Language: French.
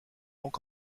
donc